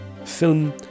Film